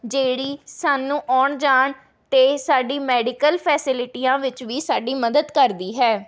ਜਿਹੜੀ ਸਾਨੂੰ ਆਉਣ ਜਾਣ ਅਤੇ ਸਾਡੀ ਮੈਡੀਕਲ ਫੈਸੀਲਿਟੀਆਂ ਵਿੱਚ ਵੀ ਸਾਡੀ ਮਦਦ ਕਰਦੀ ਹੈ